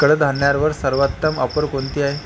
कडधान्यांवर सर्वोत्तम ऑफर कोणती आहे